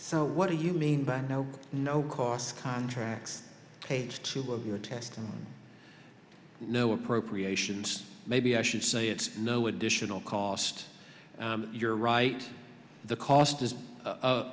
so what do you mean by no no costs contracts page two of your test no appropriations maybe i should say it's no additional cost you're right the cost